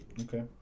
Okay